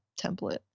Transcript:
template